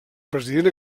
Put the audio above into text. president